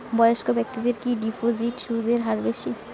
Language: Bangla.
বয়স্ক ব্যেক্তিদের কি ডিপোজিটে সুদের হার বেশি?